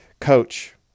Coach